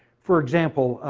for example,